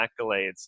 accolades